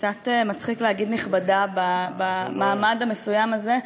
קצת מצחיק להגיד נכבדה במעמד המסוים הזה,